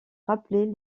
rappeler